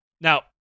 Now